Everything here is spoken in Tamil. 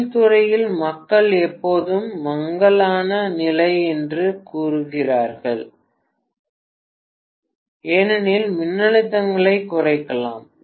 தொழில்துறையில் மக்கள் எப்போதும் மங்கலான நிலை என்று கூறுகிறார்கள் ஏனெனில் மின்னழுத்தத்தைக் குறைக்கலாம்